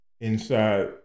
inside